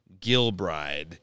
Gilbride